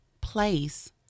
place